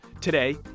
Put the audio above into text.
Today